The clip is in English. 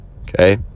Okay